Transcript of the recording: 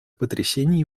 потрясений